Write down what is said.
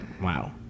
Wow